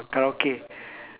karaoke